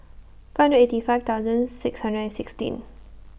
five hundred eighty five thousand six hundred and sixteen